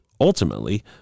ultimately